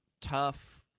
tough